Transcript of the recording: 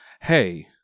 Hey